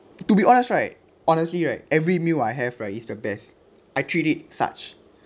to be honest right honestly right every meal I have right is the best I treat it such